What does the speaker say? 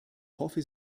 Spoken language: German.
hoffe